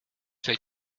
fällt